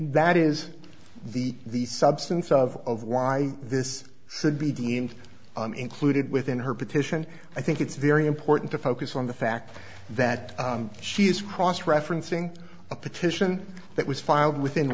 that is the the substance of why this should be deemed included within her petition i think it's very important to focus on the fact that she is cross referencing a petition that was filed within